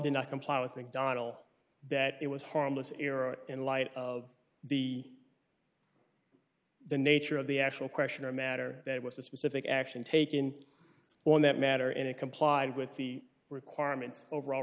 did not comply with mcdonnell that it was harmless error in light of the the nature of the actual question or a matter that was a specific action taken on that matter and it complied with the requirements overall